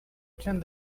attend